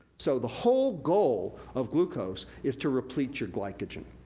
so, the whole goal of glucose is to replete your glycagen.